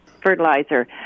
fertilizer